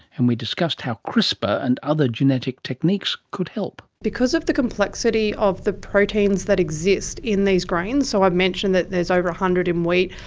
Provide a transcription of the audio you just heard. and we discussed how crispr and other genetic techniques could help. because of the complexity of the proteins that exist in these grains, so i've mentioned that there is over one hundred in wheat,